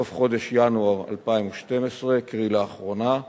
בסוף חודש ינואר 2012, קרי לאחרונה.